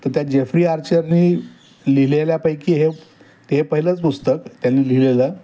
तर त्या जेफ्री आर्चरने लिहिलेल्यापैकी हे हे पहिलंच पुस्तक त्यांनी लिहिलेलं